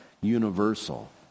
universal